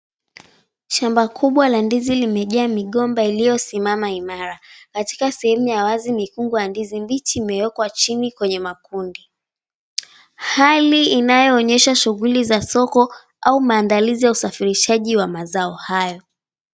Shamba kubwa la ndizi limejaa migomba iliyosimama imara. Katika sehemu ya wazi mikungu ya ndizi mbichi imewekwa chini kwenye makundi. Hali inayoonyesha shughuli za soko au maandalizi ya usafirishaji wa mazao hayo.